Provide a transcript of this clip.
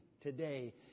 today